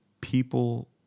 people